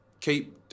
keep